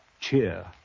cheer